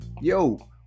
yo